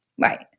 Right